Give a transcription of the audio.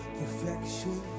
perfection